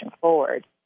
forward